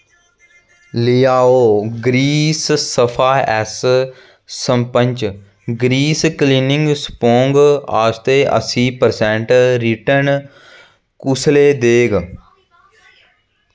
लियाओ grease सफा एस sponge grease cleaning sponge आस्तै अस्सी परसैंट रिटर्न कुसलै देग